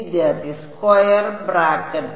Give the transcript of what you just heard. വിദ്യാർത്ഥി square bracket